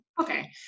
okay